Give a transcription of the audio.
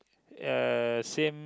uh same